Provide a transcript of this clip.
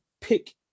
pick